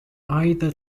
either